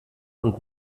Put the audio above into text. und